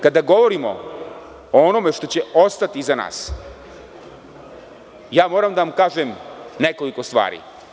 Kada govorimo o onome što će ostati iza nas, ja moram da vam kažem nekoliko stvari.